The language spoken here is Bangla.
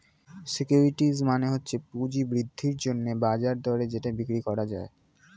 সিকিউরিটিজ মানে হচ্ছে পুঁজি বৃদ্ধির জন্যে বাজার দরে যেটা বিক্রি করা যায়